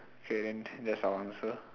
okay then that's our answer